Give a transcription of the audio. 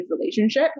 relationship